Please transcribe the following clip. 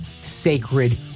Sacred